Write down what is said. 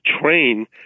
train